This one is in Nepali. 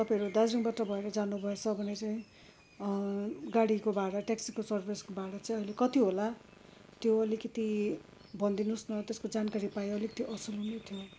तपाईँहरू दार्जिलिङबाट भएर जानुभएछ भने चाहिँ गाडीको भाडा ट्याक्सीको सर्भिसको भाडा चाहिँ अहिले कति होला त्यो अलिकिति भनिदिनुहोस् न त्यसको जानकारी पाए अलिकति असल हुने थियो